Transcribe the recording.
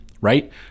right